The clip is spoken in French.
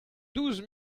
douze